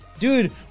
Dude